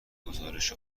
گزارش